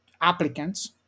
applicants